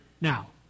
Now